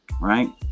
right